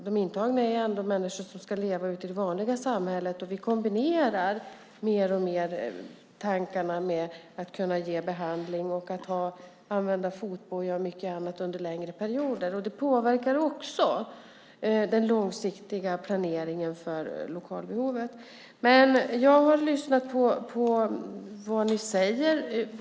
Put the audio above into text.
De intagna är ändå människor som ska leva ute i det vanliga samhället, och vi kombinerar mer och mer tankarna på behandling med att använda fotboja och annat under längre perioder. Det påverkar också den långsiktiga planeringen för lokalbehovet. Jag har lyssnat på vad ni säger.